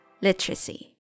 literacy